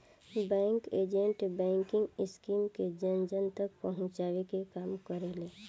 bank agent banking scheme के जन जन तक पहुंचावे के काम करेले